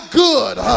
good